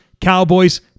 Cowboys